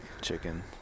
chicken